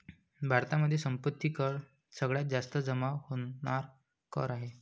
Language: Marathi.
भारतामध्ये संपत्ती कर सगळ्यात जास्त जमा होणार कर आहे